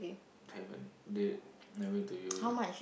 haven't they never interview her